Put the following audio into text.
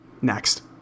Next